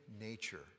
nature